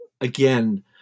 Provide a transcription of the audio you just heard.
again